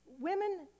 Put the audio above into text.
women